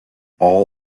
all